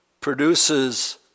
produces